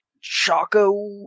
Choco